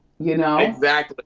you know? exactly.